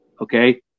okay